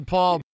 Paul